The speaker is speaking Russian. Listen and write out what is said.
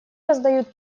раздают